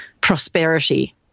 prosperity